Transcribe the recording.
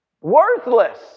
worthless